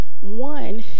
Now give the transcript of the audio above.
One